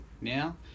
now